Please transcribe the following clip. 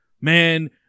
man